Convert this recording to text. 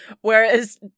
Whereas